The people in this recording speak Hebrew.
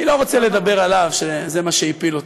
אני לא רוצה לדבר עליו, שזה מה שהפיל אותו.